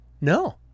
No